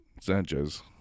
Sanchez